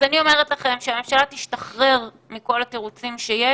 אז אני אומרת לכם שהממשלה תשתחרר מכל התירוצים שיש